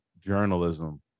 journalism